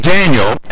Daniel